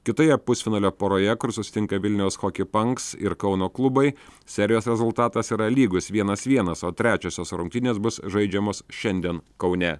kitoje pusfinalio poroje kur susitinka vilniaus hockey punks ir kauno klubai serijos rezultatas yra lygus vienas vienas o trečiosios rungtynės bus žaidžiamos šiandien kaune